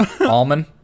almond